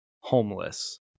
homeless